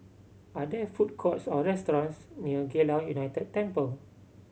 are there food courts or restaurants near Geylang United Temple